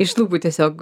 iš lūpų tiesiog